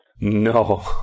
No